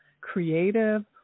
creative